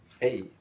Hey